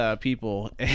people